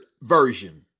Version